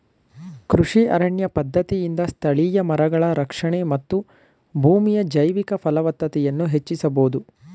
ಕೃಷಿ ಅರಣ್ಯ ಪದ್ಧತಿಯಿಂದ ಸ್ಥಳೀಯ ಮರಗಳ ರಕ್ಷಣೆ ಮತ್ತು ಭೂಮಿಯ ಜೈವಿಕ ಫಲವತ್ತತೆಯನ್ನು ಹೆಚ್ಚಿಸಬೋದು